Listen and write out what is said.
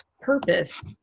purpose